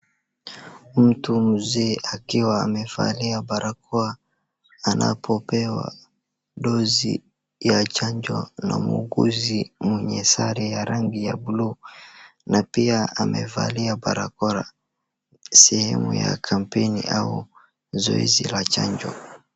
Mtu mzee akiwa amevalia barakoa anapopewa dosi ya chanjo na muuguzi mwenye sare ya rangi ya blue na pia amevalia barakoa sehemu ya kampeni yao zoezi ya chanjo.